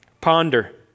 Ponder